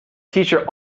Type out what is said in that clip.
teacher